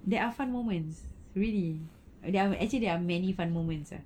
there are fun moments really there are actually there are many fun moments ah